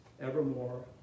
evermore